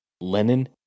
Lenin